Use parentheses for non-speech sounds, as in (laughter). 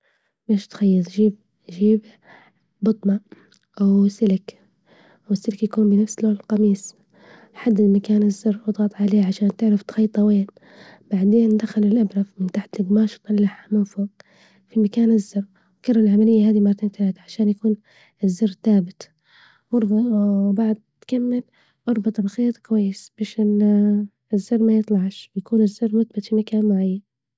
باش تخيط جيب جيب بطمة أو سلك والسلك يكون بنفس لون القميص، حدد مكان الزر واضغط عليه عشان تعرف تخيطه وين بعدين دخل الإبرة من تحت الجماش وطلعها من فوج في مكان الزر، وكرر العملية هذي مرتين ثلاثة عشان يكون الزر ثابت وارب وبعد تكمل اربط الخيط كويس عشان (hesitation) الزر ميطلعش ويكون الزر مثبت في مكان معين.